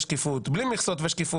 במיוחד אם הם